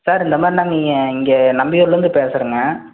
sir இந்த மாதிரி நாங்கள் இங்கே நம்பியூரில் இருந்து பேசுறங்க